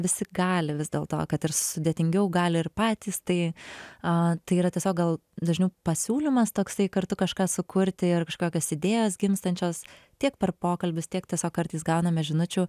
visi gali vis dėl to kad ir sudėtingiau gali ir patys tai a tai yra tiesiog gal dažniau pasiūlymas toksai kartu kažką sukurti ir kažkokios idėjos gimstančios tiek per pokalbius tiek tiesiog kartais gauname žinučių